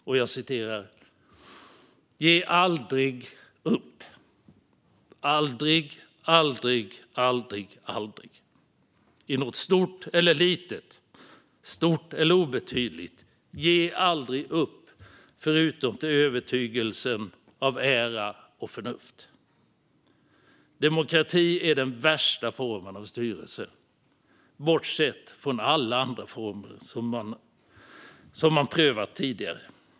Winston Churchill sa: Ge aldrig upp - aldrig, aldrig, aldrig, aldrig - i något stort eller litet, stort eller obetydligt. Ge aldrig upp, förutom till övertygelsen av ära och förnuft. Han sa också: Demokrati är den värsta formen av styrelse, bortsett från alla andra former som man prövat tidigare.